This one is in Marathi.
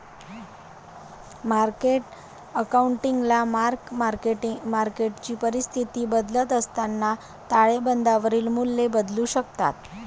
मार्केट अकाउंटिंगला मार्क मार्केटची परिस्थिती बदलत असताना ताळेबंदावरील मूल्ये बदलू शकतात